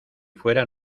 fuera